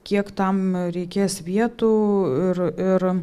kiek tam reikės vietų ir ir